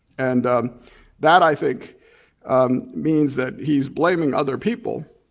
and that i think means that he's blaming other people,